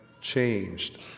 changed